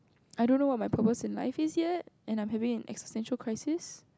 I don't know what my purpose in life is yet and I'm having an existential crisis